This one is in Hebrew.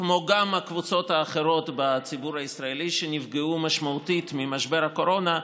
כמו הקבוצות האחרות בציבור הישראלי שנפגעו משמעותית ממשבר הקורונה,